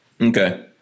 Okay